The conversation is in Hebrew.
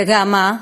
וגם מה,